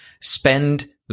spend